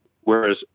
whereas